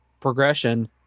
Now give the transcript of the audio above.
progression